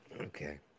okay